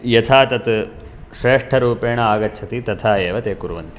यथा तत् श्रेष्ठरूपेण आगच्छति तथा एव ते कुर्वन्ति